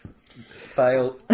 Fail